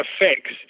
affects